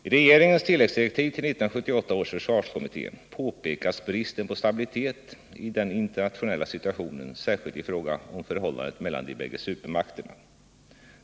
I regeringens tilläggsdirektiv till 1978 års försvarskommitté påpekas bristen på stabilitet i den internationella situationen särskilt i fråga om förhållandet mellan de bägge supermakterna.